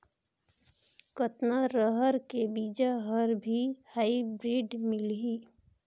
कतना रहर के बीजा हर भी हाईब्रिड मिलही?